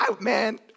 Man